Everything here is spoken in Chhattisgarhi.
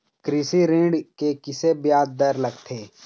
कृषि ऋण के किसे ब्याज दर लगथे?